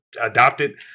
adopted